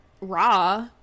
raw